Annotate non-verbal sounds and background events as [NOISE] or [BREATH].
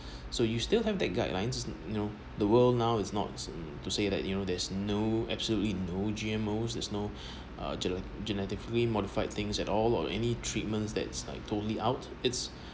so you still have that guidelines just you know the world now is not to say that you know there's no absolutely no G_M_O there's no [BREATH] uh genet~ genetically modified things at all or any treatments that's like totally out it's [BREATH]